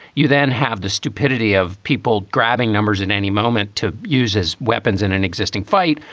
you then have the stupidity of people grabbing numbers in any moment to use his weapons in an existing fight,